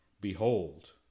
Behold